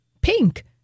Pink